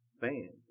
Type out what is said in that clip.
fans